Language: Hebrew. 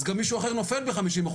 אז גם מישהו אחר נופל ב-50%.